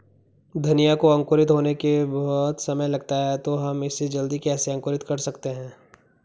धनिया को अंकुरित होने में बहुत समय लगता है तो हम इसे जल्दी कैसे अंकुरित कर सकते हैं?